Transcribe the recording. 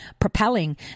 propelling